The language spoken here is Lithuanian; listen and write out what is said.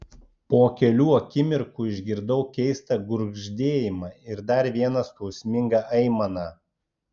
po kelių akimirkų išgirdau keistą gurgždėjimą ir dar vieną skausmingą aimaną